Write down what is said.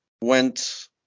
went